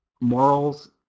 morals